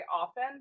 often